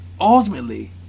ultimately